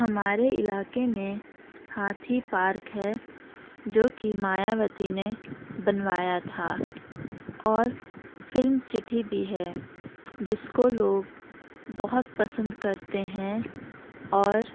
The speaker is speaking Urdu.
ہمارے علاقے میں ہاتھی پارک ہے جو کہ مایاوتی نے بنوایا تھا اور فلم سٹی بھی ہے جس کو لوگ بہت پسند کرتے ہیں اور